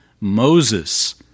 Moses